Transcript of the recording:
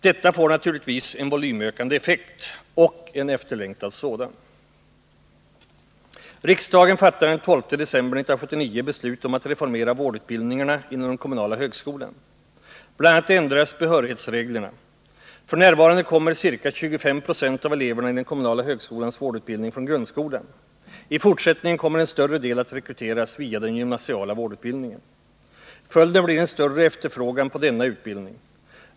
Detta får naturligtvis en volymökande effekt — och en efterlängtad sådan. Riksdagen fattade den 12 december 1979 beslut om att reformera vårdutbildningarna inom den kommunala högskolan. Bl. a. ändras behörighetsreglerna. F.n. kommer ca 25 Z av eleverna i den kommunala högskolans vårdutbildning från grundskolan. I fortsättningen kommer en större del att rekryteras via den gymnasiala vårdutbildningen. Följden blir en större efterfrågan på denna utbildning.